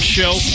show